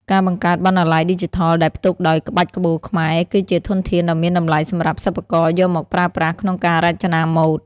ការបង្កើតបណ្ណាល័យឌីជីថលដែលផ្ទុកដោយក្បាច់ក្បូរខ្មែរ គឺជាធនធានដ៏មានតម្លៃសម្រាប់សិប្បករយកមកប្រើប្រាស់ក្នុងការរចនាម៉ូដ។